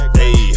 hey